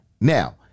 now